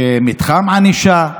מתחם הענישה,